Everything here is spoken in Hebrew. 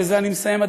ובזה אני מסיים,